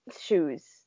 shoes